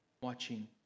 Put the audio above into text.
watching